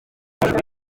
aho